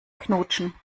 knutschen